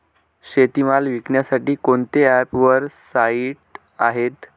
शेतीमाल विकण्यासाठी कोणते ॲप व साईट आहेत?